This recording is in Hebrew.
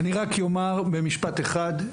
אני רק אומר במשפט אחד,